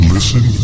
Listen